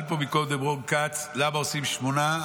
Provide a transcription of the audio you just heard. שאל פה מקודם רון כץ, למה עושים שמונה?